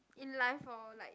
in life or like in